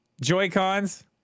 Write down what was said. Joy-Cons